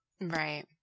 right